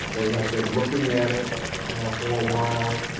they have been looking at it for a while.